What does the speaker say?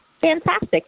fantastic